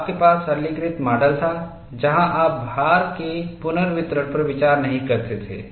आपके पास सरलीकृत माडल था जहां आप भार के पुनर्वितरण पर विचार नहीं करते थे